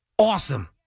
Awesome